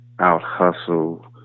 out-hustle